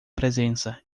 presença